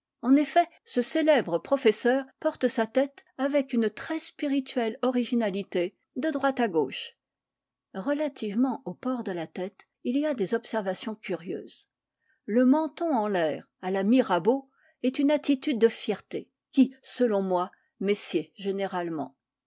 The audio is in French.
en effet ce célèbre professeur porte sa tête avec une très spirituelle originalité de droite à gauche relativement au port de la tête il y a des obser'ations curieuses le menton en l'air à la mirabeau est une attitude de fierté qui selon moi messied généralement